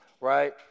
right